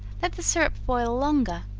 let the syrup boil longer,